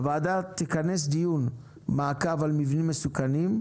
הוועדה תכנס דיון מעקב על מבנים מסוכנים,